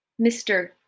Mr